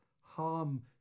harm